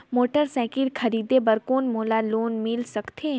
Motorcycle खरीदे बर कौन मोला लोन मिल सकथे?